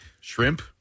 shrimp